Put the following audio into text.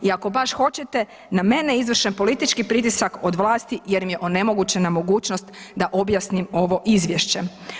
I ako baš hoćete, na mene je izvršen politički pritisak od vlasti jer mi je onemogućena mogućnost da objasnim ovo Izvješće.